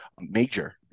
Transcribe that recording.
major